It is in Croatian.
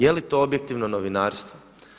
Jeli to objektivno novinarstvo?